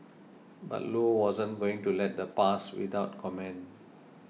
but Low wasn't going to let that pass without comment